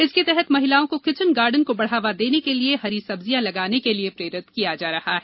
इसके तहत महिलाओं को किचिन गार्डन को बढ़ावा देने के लिए हरी सब्जियां लगाने के लिए प्रेरित किया जा रहा है